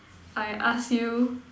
I ask you